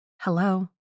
Hello